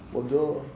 bonjour